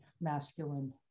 masculine